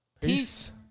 Peace